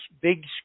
big